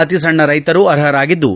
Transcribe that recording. ಅತಿಸಣ್ಣ ರೈತರು ಅರ್ಹರಾಗಿದ್ದು